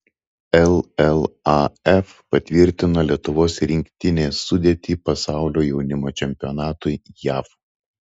llaf patvirtino lietuvos rinktinės sudėtį pasaulio jaunimo čempionatui jav